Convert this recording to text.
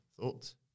Thoughts